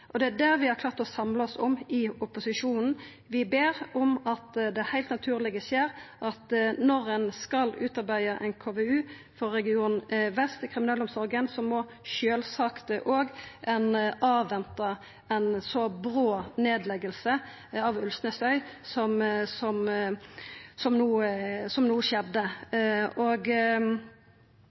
Og det er det vi i opposisjonen har klart å samla oss om: Vi ber om at det heilt naturlege skjer, at når ein skal utarbeida ein KVU for Region Vest i kriminalomsorga, må ein sjølvsagt òg venta med ei så brå nedlegging av Ulvsnesøy som no skjedde.